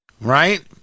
Right